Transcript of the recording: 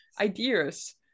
ideas